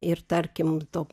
ir tarkim to